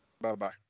Bye-bye